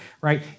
right